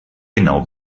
genau